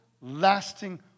lasting